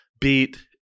beat